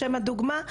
לשם הדוגמה,